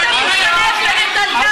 אתה חוצפן.